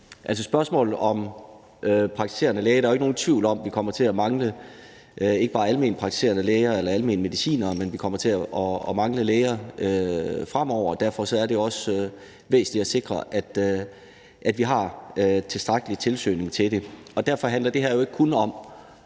der jo ikke nogen tvivl om, at vi ikke bare kommer til at mangle almenpraktiserende læger eller almene medicinere, men vi kommer til at mangle læger fremover, og derfor er det også væsentligt at sikre, at vi har tilstrækkelig søgning til det. Det her handler jo ikke kun om